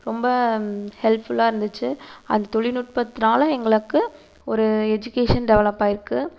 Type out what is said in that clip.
ரொம்ப ஹெல்ப்ஃபுல்லாருந்துச்சு அந்த தொழில்நுட்பத்துனால எங்களுக்கு ஒரு எஜிகேஷன் டெவெலப் ஆகிருக்கு